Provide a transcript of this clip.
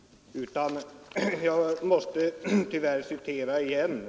Jag måste tyvärr citera igen.